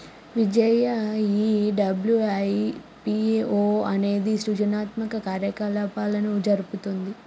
విజయ ఈ డబ్ల్యు.ఐ.పి.ఓ అనేది సృజనాత్మక కార్యకలాపాలను జరుపుతుంది